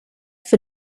für